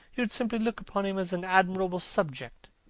you would simply look upon him as an admirable subject.